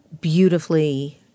beautifully